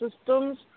systems